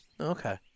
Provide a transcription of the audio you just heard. Okay